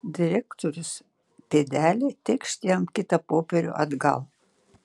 direktorius pėdelė tėkšt jam kitą popierių atgal